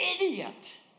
Idiot